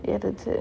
ya that's it